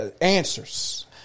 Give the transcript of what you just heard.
answers